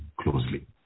closely